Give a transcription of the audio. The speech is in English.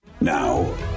Now